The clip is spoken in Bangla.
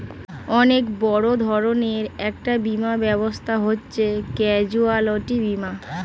অনেক বড় ধরনের একটা বীমা ব্যবস্থা হচ্ছে ক্যাজুয়ালটি বীমা